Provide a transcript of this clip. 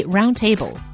Roundtable